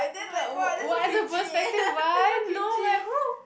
what what's a perspective one no where who